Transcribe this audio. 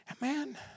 man